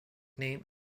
name